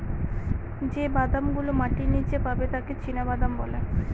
যে বাদাম গুলো মাটির নীচে পাবে তাকে চীনাবাদাম বলে